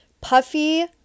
Puffy